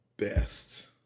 best